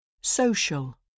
Social